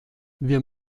wir